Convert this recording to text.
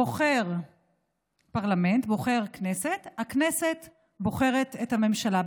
בוחר פרלמנט, בוחר כנסת, והכנסת בוחרת את הממשלה.